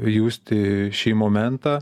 justi šį momentą